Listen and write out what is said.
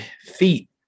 feet